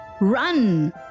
run